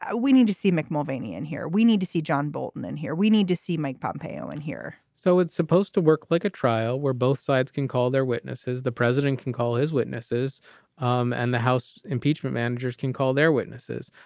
ah we need to see mick mulvaney in here, we need to see john bolton and here we need to see mike pompeo in here so it's supposed to work like a trial where both sides can call their witnesses. the president can call his witnesses um and the house impeachment managers can call their witnesses.